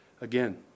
again